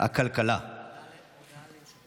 הכלכלה נתקבלה.